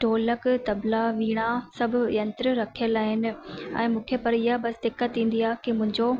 ढोलक तबला वीणा सभु यंत्र रखियलु आहिनि ऐं मूंखे पर इहा बसि दिक़त ईंदी आहे की मुंहिंजो